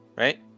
Right